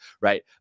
Right